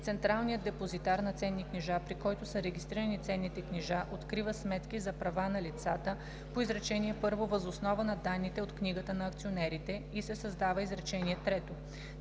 централният депозитар на ценни книжа, при който са регистрирани ценните книжа, открива сметки за права на лицата по изречение първо въз основа на данните от книгата на акционерите.“ и се създава изречение трето: